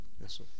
Yes